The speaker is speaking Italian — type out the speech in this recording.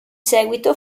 seguito